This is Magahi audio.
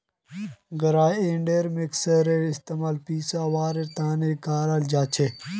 ग्राइंडर मिक्सरेर इस्तमाल पीसवार तने कराल जाछेक